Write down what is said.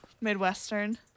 Midwestern